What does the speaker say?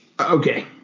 Okay